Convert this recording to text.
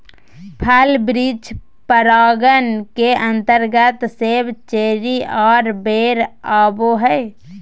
फल वृक्ष परागण के अंतर्गत सेब, चेरी आर बेर आवो हय